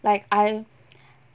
like I